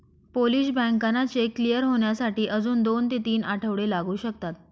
Polish बँकांना cheque clear होण्यासाठी अजून दोन ते तीन आठवडे लागू शकतात